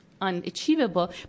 unachievable